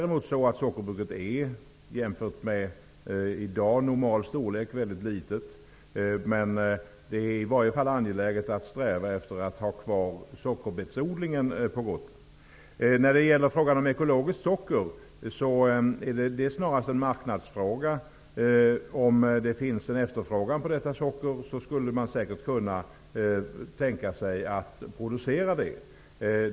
Emellertid är sockerbruket väldigt litet jämfört med dagens normalstorlek. Men det är i alla fall angeläget att sträva efter att behålla sockerbetsodlingen på Gotland. När det gäller frågan om ekologiskt socker är detta snarast en marknadsfråga. Om det finns en efterfrågan på detta socker, skulle man säkert kunna tänka sig att producera detta.